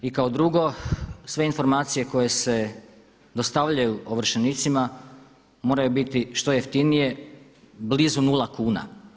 I kao drugo, sve informacije koje se dostavljaju ovršenicima moraju biti što jeftinije, blizu 0 kuna.